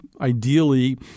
ideally